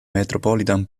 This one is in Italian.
metropolitan